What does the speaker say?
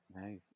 no